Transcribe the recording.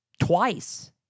twice